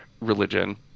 religion